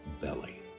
belly